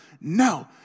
No